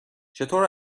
چطور